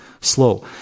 slow